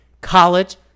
college